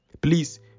Please